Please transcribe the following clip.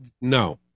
no